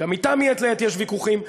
גם אתם מעת לעת יש ויכוחים,